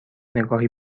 نگاهی